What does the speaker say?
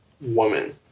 woman